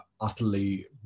utterly